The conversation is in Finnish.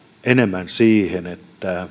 enemmän siihen että